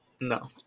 No